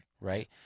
right